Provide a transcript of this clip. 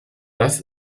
das